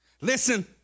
Listen